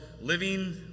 Living